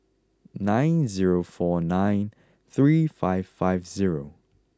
nine zero four nine three five five zero